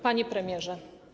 Panie Premierze!